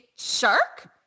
Shark